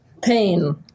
Pain